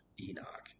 Enoch